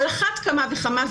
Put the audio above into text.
על אחת כמה וכמה.